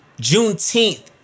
Juneteenth